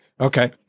okay